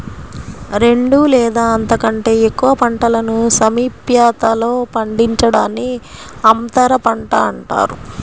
రెండు లేదా అంతకంటే ఎక్కువ పంటలను సామీప్యతలో పండించడాన్ని అంతరపంట అంటారు